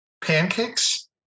pancakes